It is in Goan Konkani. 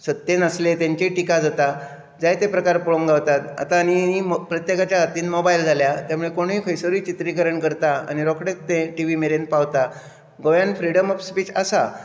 सत्तेंत आसले तांचीय टिका जाता जायते प्रकार पळोवंक गावतात आतां न्ही मो प्रत्येकाच्या हातीन मोबायल जाल्या ते म्हळ्या कोणूय खंयसरूय चित्रिकरण करता आनी रोकडेंच तें टीवी मेरेन पावता गोंयांत फ्रिडम ऑफ स्पीच आसा